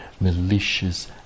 malicious